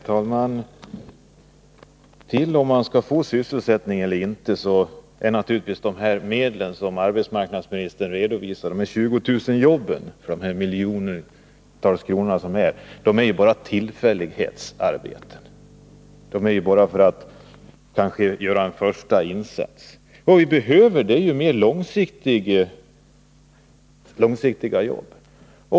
Herr talman! När det gäller frågan om man skall få sysselsättning eller inte är naturligtvis de här 20000 jobben för de miljontals kronorna som arbetsmarknadsministern nu anvisar bara tillfällighetsarbeten. De räcker ju bara för att kanske göra en första insats. Vad vi behöver är mer långsiktiga jobb.